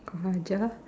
kurang ajar